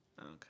Okay